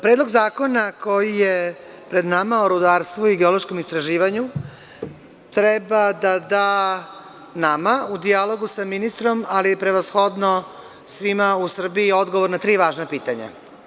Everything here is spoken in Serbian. Predlog zakona koji je pred nama, o rudarstvu i geološkom istraživanju, treba da da nama u dijalogu sa ministrom, ali prevashodno svima u Srbiji odgovor na tri važna pitanja.